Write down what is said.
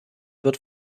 wird